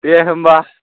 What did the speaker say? दे होनबा